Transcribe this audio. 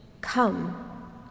Come